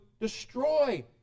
destroy